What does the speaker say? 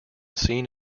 seen